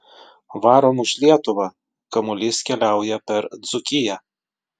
varom už lietuvą kamuolys keliauja per dzūkiją